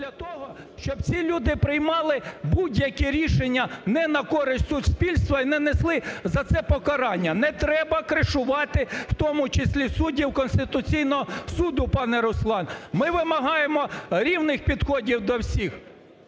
для того, щоб ці люди приймали будь-які рішення не на користь суспільства і не несли за це покарання. Не треба кришувати в тому числі суддів Конституційного Суду, пане Руслан, ми вимагаємо рівних підходів до всіх.